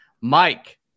Mike